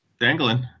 Dangling